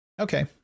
okay